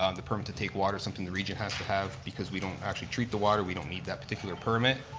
um the permit to take water is something the region has to have because we don't actually treat the water we don't need that particular permit,